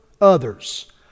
others